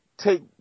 take